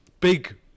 Big